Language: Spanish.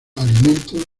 alimentos